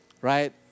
Right